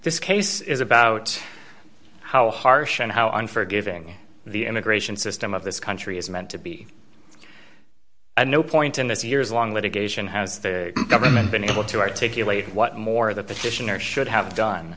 this case is about how harsh and how unforgiving the immigration system of this country is meant to be and no point in this year's long litigation has the government been able to articulate what more the petitioner should have done